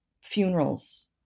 funerals